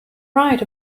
write